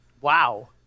Wow